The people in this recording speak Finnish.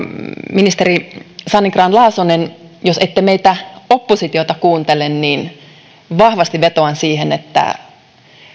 ministeri sanni grahn laasonen jos ette meitä oppositiossa kuuntele niin vahvasti vetoan siihen että